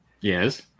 Yes